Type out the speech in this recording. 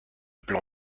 plan